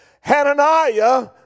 Hananiah